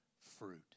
fruit